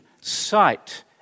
sight